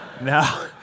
no